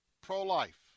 pro-life